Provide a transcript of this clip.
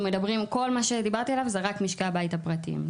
כל מה שדיברתי עליו זה רק משקי הבית הפרטיים.